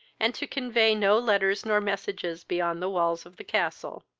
and to convey no letters nor messages beyond the walls of the castle.